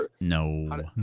No